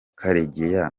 karegeya